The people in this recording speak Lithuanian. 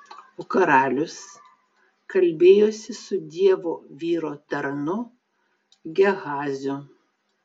o karalius kalbėjosi su dievo vyro tarnu gehaziu